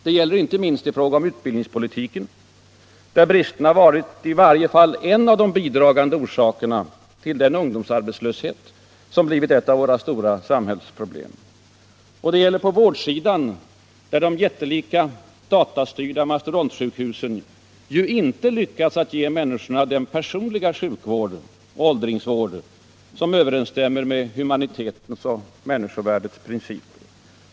Det gäller inte minst i fråga om utbildningspolitiken, där bristerna har varit i varje fall debatt Allmänpolitisk debatt en av de bidragande orsakerna till den ungdomsarbetslöshet som blivit ett av våra stora samhällsproblem. Och det gäller på vårdsidan, där de jättelika datastyrda mastodontsjukhusen inte har lyckats ge människorna den personliga sjukvård och åldringsvård som överensstämmer med humanitetens och människorvärdets principer.